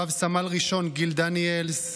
רב-סמל ראשון גיל דניאלס,